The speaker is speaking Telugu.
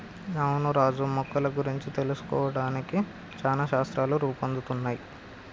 అవును రాజు మొక్కల గురించి తెలుసుకోవడానికి చానా శాస్త్రాలు రూపొందుతున్నయ్